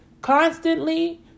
Constantly